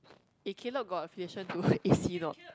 if Kaleb got a patient to is he not